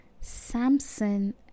Samson